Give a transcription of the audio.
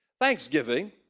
Thanksgiving